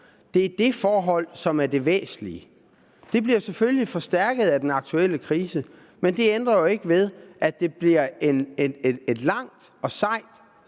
er det, som er det væsentlige. Det bliver selvfølgelig forstærket af den aktuelle krise, men det ændrer jo ikke ved, at det bliver et langt og sejt